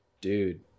dude